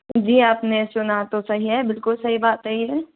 जी आपने सुना तो सही है बिल्कुल सही बात है ये